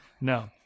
No